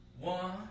One